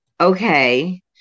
okay